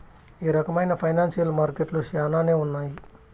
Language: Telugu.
ఈ రకమైన ఫైనాన్సియల్ మార్కెట్లు శ్యానానే ఉన్నాయి